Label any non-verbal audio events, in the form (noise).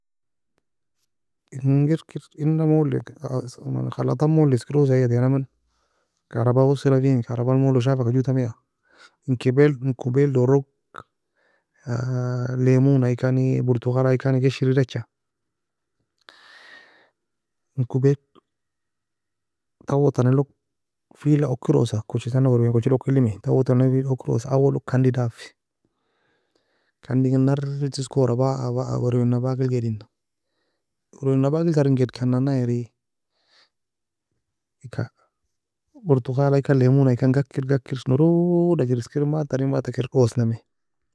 Engir kir ena molo ika (hesitation) khalatan molo eskirosa egatenaman karabag wasilafine, karaban molo shafaka jotamiea, en keby en kubayel dorog (hesitation) lemonaikan burtugalaikani gshira ediacha, (noise) en kubayl tawe tani log fela okirosa, kochitana werwean kochi ukki lemi, awolog kandi daff, kandi ingir narrri toskoe wara ba- werwen abakil gedina, werwen abakel tern gedkani nanna er? Eka burtugalaikan lemonaikan, gakir gakir noroda kir eskrayen bata tern bata kir osnami